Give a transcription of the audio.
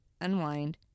unwind